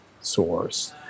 source